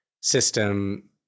system